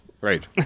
right